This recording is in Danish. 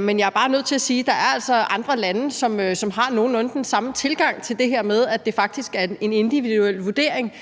Men jeg er bare nødt til at sige, at der altså er andre lande, som har nogenlunde den samme tilgang til det her med, at det faktisk er en individuel vurdering,